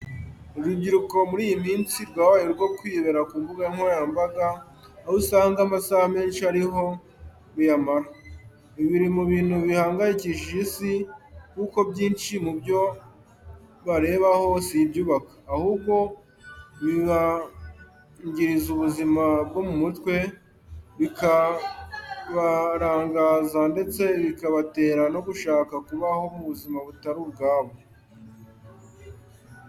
Urubyiruko muri iyi minsi rwabaye urwo kwibera ku mbuga nkoranyambaga, aho usanga amasaha menshi ariho ruyamara. Ibi biri mu bintu bihangayikishije isi, kuko byinshi mu byo barebaho si ibyubaka, ahubwo bibangiriza ubuzima bwo mu mutwe, bikabarangaza ndetse bikabatera no gushaka kubaho mu buzima butari ubwabo.